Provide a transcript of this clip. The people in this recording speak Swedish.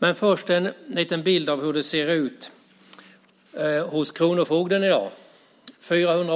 Men först ska jag ge en liten bild av hur det ser ut hos kronofogden i dag. Man har